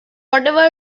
whatever